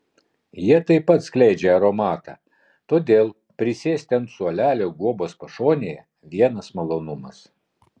jie taip pat skleidžia aromatą todėl prisėsti ant suolelio guobos pašonėje vienas malonumas